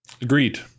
Agreed